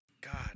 God